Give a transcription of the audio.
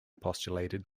postulated